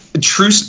true